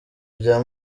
bya